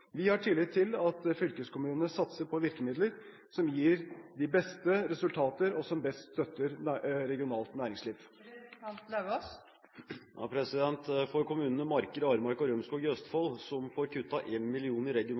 Vi har tillit til at fylkeskommunene satser på virkemidler som gir de beste resultater, og som best støtter regionalt næringsliv. Kommunene Marker, Aremark og Rømskog i Østfold får kuttet 1 mill. kr i